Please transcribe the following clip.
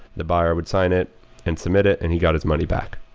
the buyer would sign it and submit it and he got his money back.